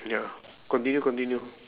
ya continue continue